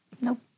Nope